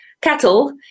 cattle